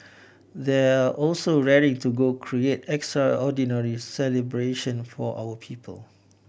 they are also raring to go create extraordinary celebration for our people